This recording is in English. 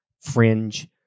fringe